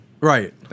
Right